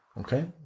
Okay